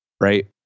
right